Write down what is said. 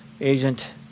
Agent